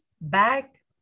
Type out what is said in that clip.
back